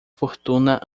fortuna